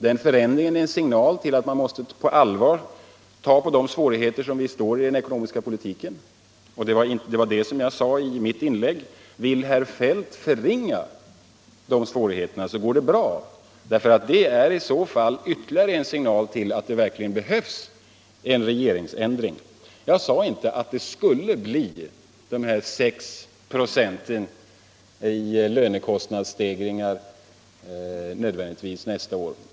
Den är en signal till att man måste ta på allvar debatt och valutapolitisk debatt de svårigheter vi står inför i den ekonomiska politiken. Jag sade detta i mitt inlägg men vill herr Feldt förringa de svårigheterna kan han göra det — det är i så fall ytterligare en signal till att det verkligen behövs en regeringsändring. | Jag sade inte att det skulle bli 6 96 i löneskattestegringar nästa år.